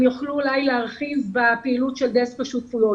הם יוכלו להרחיב בפעילות של דסק השותפויות.